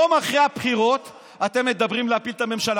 יום אחרי הבחירות אתם מדברים להפיל את הממשלה.